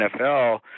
NFL